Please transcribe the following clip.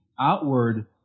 outward